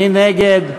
מי נגד?